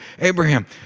Abraham